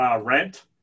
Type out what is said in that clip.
Rent